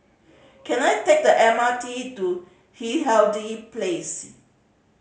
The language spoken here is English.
can I take the M R T to Place